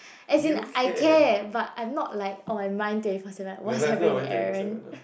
as in I care but I'm not like on my mind twenty four seven what's happening to Aaron